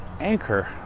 anchor